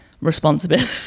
responsibility